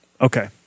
Okay